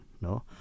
no